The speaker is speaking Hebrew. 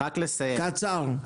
בקצרה.